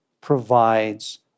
provides